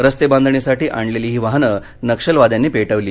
रस्ते बांधणीसाठी आणलेली ही वाहनं नक्षलवाद्यांनी पेटवली